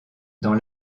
dans